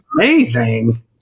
amazing